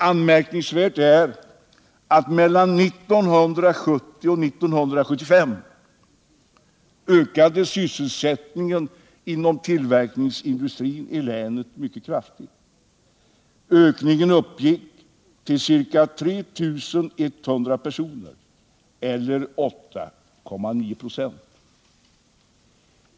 Anmärkningsvärt är att mellan 1970 och 1975 ökade sysselsättningen inom tillverkningsindustrin i länet mycket kraftigt. Ökningen uppgick till ca 3 100 personer eller 8,9 96.